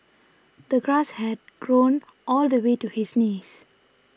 the grass had grown all the way to his knees